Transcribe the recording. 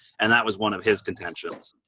and that was one of his contentions.